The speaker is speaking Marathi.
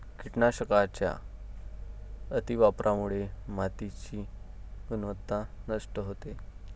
कीटकनाशकांच्या अतिवापरामुळे मातीची गुणवत्ता नष्ट होते